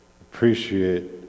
appreciate